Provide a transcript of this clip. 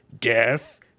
death